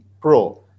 pro